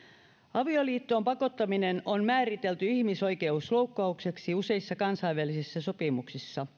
avioliittoon pakottaminen on määritelty ihmisoikeusloukkaukseksi useissa kansainvälisissä sopimuksissa